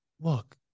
look